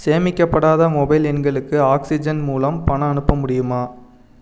சேமிக்கப்படாத mobile எண்களுக்கு oxygen மூலம் பணம் அனுப்ப முடியுமா